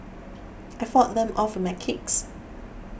I fought them off my kicks